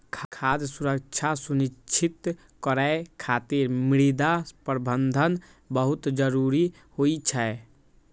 खाद्य सुरक्षा सुनिश्चित करै खातिर मृदा प्रबंधन बहुत जरूरी होइ छै